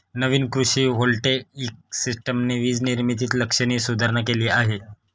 नवीन कृषी व्होल्टेइक सिस्टमने वीज निर्मितीत लक्षणीय सुधारणा केली आहे